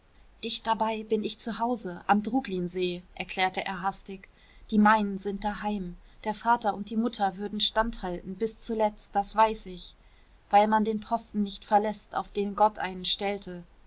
dicht dabei bin ich zu hause am druglin see erzählte er hastig die meinen sind daheim der vater und die mutter würden standhalten bis zuletzt das weiß ich weil man den posten nicht verläßt auf den gott einen stellte